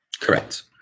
Correct